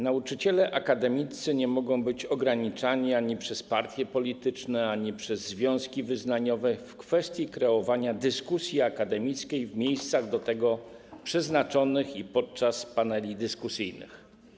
Nauczyciele akademiccy nie mogą być ograniczani ani przez partie polityczne, ani przez związki wyznaniowe w kwestii kreowania dyskusji akademickiej w miejscach do tego przeznaczonych i podczas paneli dyskusyjnych.